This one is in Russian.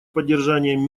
поддержанием